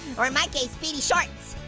or in my case, speedy shorts.